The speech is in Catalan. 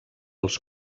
els